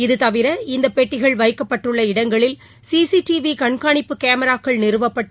இது தவிர இந்த பெட்டிகள் வைக்கப்பட்டுள்ள இடங்களில் சி சி டி வி கண்காணிப்பு கேமராக்கள் நிறுவப்பட்டு